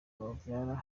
babyara